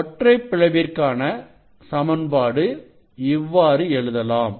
ஒற்றை பிளவிற்கான சமன்பாடு இவ்வாறு எழுதலாம்